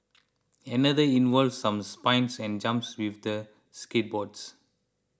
another involved some spins and jumps with the skateboards